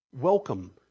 welcome